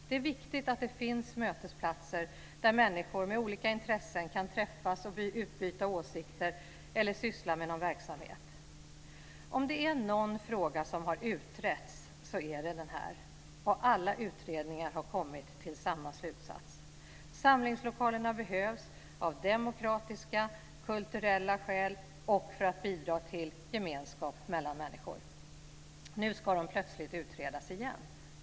Det är viktigt att det finns mötesplatser där människor med olika intressen kan träffas och utbyta åsikter eller syssla med någon verksamhet. Om det är någon fråga som har utretts så är det den här, och alla utredningar har kommit till samma slutsats: Samlingslokalerna behövs av demokratiska och kulturella skäl och för att bidra till gemenskap mellan människor. Nu ska de plötsligt utredas igen.